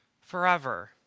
forever